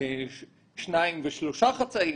אולי שניים ושלושה חצאים